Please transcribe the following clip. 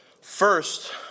First